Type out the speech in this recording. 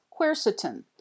Quercetin